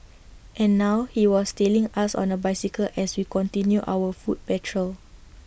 and now he was tailing us on A bicycle as we continued our foot patrol